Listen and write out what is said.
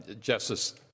Justice